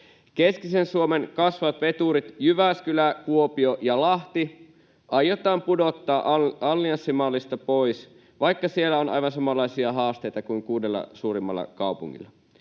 Keskisen Suomen kasvavat veturit, Jyväskylä, Kuopio ja Lahti, aiotaan pudottaa allianssimallista pois, vaikka siellä on aivan samanlaisia haasteita kuin kuudella suurimmalla kaupungilla.